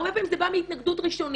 הרבה פעמים זה בא מהתנגדות ראשונית,